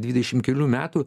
dvidešimt kelių metų